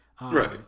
Right